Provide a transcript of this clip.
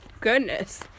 goodness